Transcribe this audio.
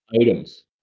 items